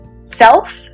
self